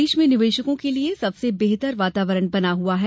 प्रदेश में निवेशके लिये सबसे बेहतर वातावरण बना हुआ है